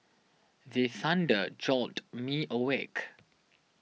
the thunder jolt me awake